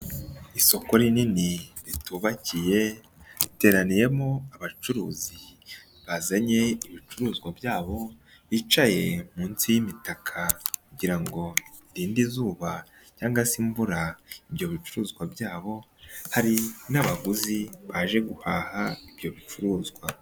Isoko rinini ritubakiye, riteraniyemo abacuruzi bazanye ibicuruzwa byabo, bicaye munsi y'imitaka kugira ngo irinde izuba cyangwa se imvura, ibyo bicuruzwa byabo, hari n'abaguzi baje guhaha ibyo bicuruzwa.